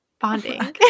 bonding